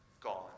gone